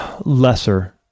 lesser